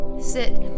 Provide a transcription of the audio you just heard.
sit